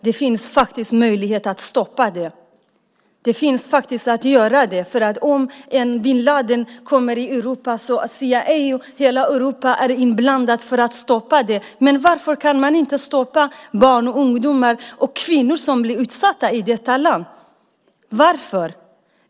Det finns faktiskt möjlighet att stoppa det här. Om bin Ladin kommer till Europa är CIA och hela Europa inblandade i att stoppa honom, men varför kan man inte stoppa barn, ungdomar och kvinnor som blir utsatta i detta land? Varför?